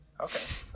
Okay